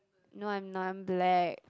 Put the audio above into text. no I'm not I'm black